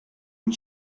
and